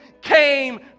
came